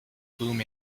boom